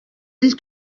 ell